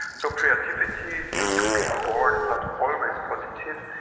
so creativity due to being bored is not always positive.